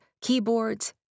keyboards